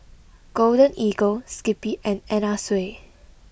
Golden Eagle Skippy and Anna Sui